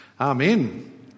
Amen